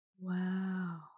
wow